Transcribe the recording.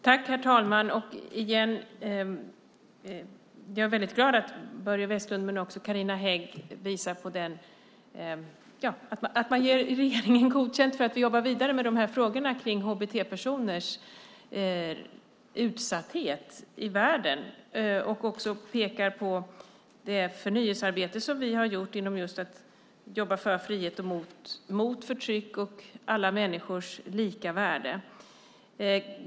Herr talman! Jag är glad att Börje Vestlund och Carina Hägg ger regeringen godkänt för att vi jobbar vidare med frågan om hbt-personers utsatthet i världen. De pekar på det förnyelsearbete vi har gjort att just jobba för frihet och mot förtryck och alla människors lika värde.